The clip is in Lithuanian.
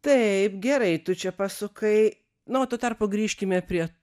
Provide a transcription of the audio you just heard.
taip gerai tu čia pasukai na o tuo tarpu grįžkime prie